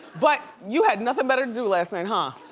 but you had nothing better to do last night, huh?